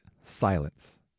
silence